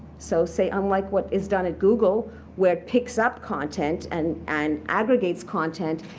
so say, unlike what is done at google where it picks up content and and aggregates content,